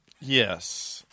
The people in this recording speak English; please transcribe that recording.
Yes